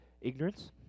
Ignorance